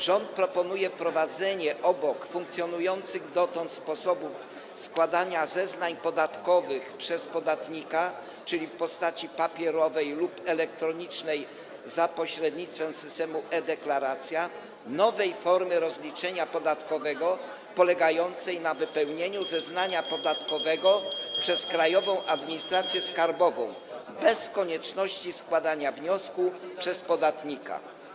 Rząd proponuje wprowadzenie obok funkcjonujących dotąd sposobów składania zeznań podatkowych przez podatnika, czyli w postaci papierowej lub elektronicznej za pośrednictwem systemu e-Deklaracje, nowej formy rozliczenia podatkowego polegającej na wypełnieniu [[Gwar na sali, dzwonek]] zeznania podatkowego przez Krajową Administrację Skarbową, bez konieczności składania wniosku przez podatnika.